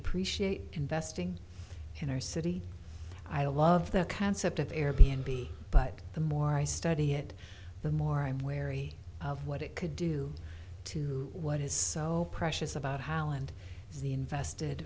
appreciate investing intercity i love the concept of air b n b but the more i study it the more i'm wary of what it could do to what is so precious about holland as the invested